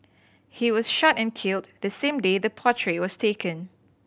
he was shot and killed the same day the portrait was taken